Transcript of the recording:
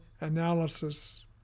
analysis